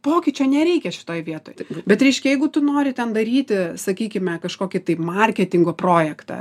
pokyčio nereikia šitoj vietoj bet reiškia jeigu tu nori ten daryti sakykime kažkokį tai marketingo projektą